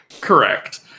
Correct